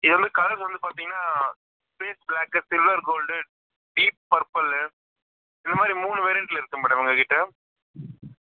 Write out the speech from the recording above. இது வந்து கலர்ஸ் வந்து பார்த்தீங்கனா freeze black silver gold deep purple இதுமாதிரி மூணு வேரியன்ட்ல இருக்குது மேடம் எங்ககிட்ட